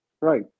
right